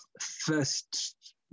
first